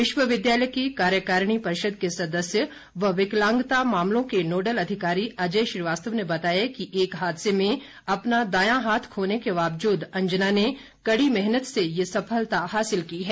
विश्वविद्यालय की कार्यकारिणी परिषद के सदस्य व विकलांगता मामलों के नोडल अधिकारी अजय श्रीवास्तव ने बताया कि एक हादसे में अपना दाया हाथ खोने के बावजूद अंजना ने कड़ी मेहनत से यह सफलता हासिल की है